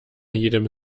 jedem